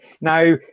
Now